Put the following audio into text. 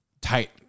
tight